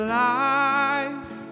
life